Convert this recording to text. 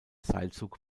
seilzug